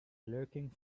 lurking